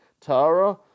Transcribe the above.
Tara